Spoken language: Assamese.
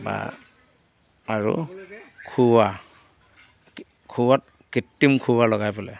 বা আৰু খোৱা খোৱাত কৃত্ৰিম খোৱা লগাই পেলাই